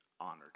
honored